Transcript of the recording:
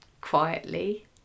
quietly